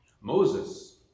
Moses